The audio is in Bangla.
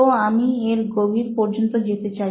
তো আমি এর গভীর পর্যন্ত যেতে চাই